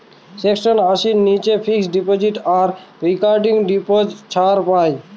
section আশির নীচে fixed deposit আর রেকারিং ডিপোজিট ছাড় পাই